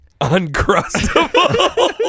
Uncrustable